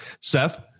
Seth